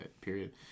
Period